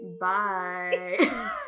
Bye